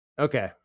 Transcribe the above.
okay